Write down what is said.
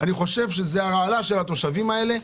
אני חושב שזה הרעלה של התושבים האלה.